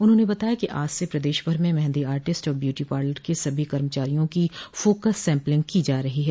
उन्होंने बताया कि आज से प्रदेश भर में महदी आर्टिस्ट और ब्यूटी पार्लर के सभी कर्मचारिया की फोकस सैम्पिलिंग की जा रही है